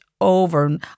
over